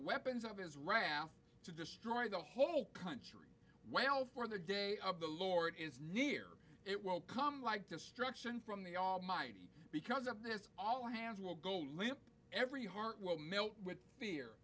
weapons of his wrath to destroy the whole country while for the day of the lord is near it will come like destruction from the almighty because of this all hands will go limp every heart will melt with fear